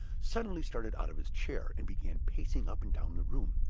suddenly started out of his chair, and began pacing up and down the room.